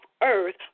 earth